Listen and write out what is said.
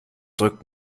drückt